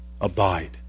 Abide